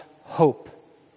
hope